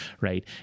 right